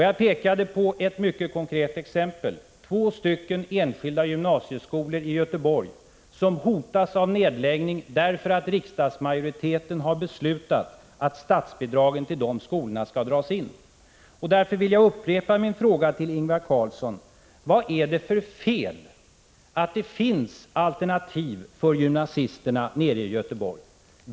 Jag pekade på ett mycket konkret exempel: två enskilda gymnasieskolor i Göteborg som hotas av nedläggning därför att riksdagsmajoriteten har beslutat att statsbidragen till dessa skolor skall dras in. Jag vill upprepa min fråga till Ingvar Carlsson: Vad är det för fel att det finns alternativ för gymnasisterna nere i Göteborg?